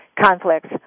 conflicts